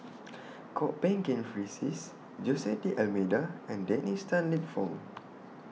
Kwok Peng Kin Francis Jose D'almeida and Dennis Tan Lip Fong